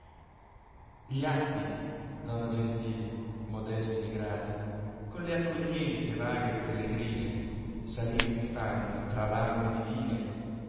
gli atti donna gentil modesti e grati con l'accoglienze vaghe e pellegrine salir vi fauno tra l'alme divine